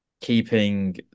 keeping